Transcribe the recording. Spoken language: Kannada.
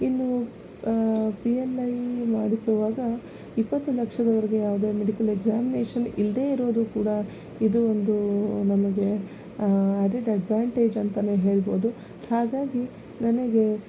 ಇನ್ನು ಪಿ ಎಮ್ ಐ ಮಾಡಿಸುವಾಗ ಇಪ್ಪತ್ತು ಲಕ್ಷದವರೆಗೆ ಯಾವುದೇ ಮೆಡಿಕಲ್ ಎಕ್ಸಾಮಿನೇಷನ್ ಇಲ್ಲದೆ ಇರೋದು ಕೂಡ ಇದು ಒಂದು ನಮಗೆ ಆ್ಯಡೆಡ್ ಅಡ್ವಾಂಟೇಜ್ ಅಂತಾನೇ ಹೇಳ್ಬೋದು ಹಾಗಾಗಿ ನನಗೆ